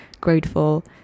grateful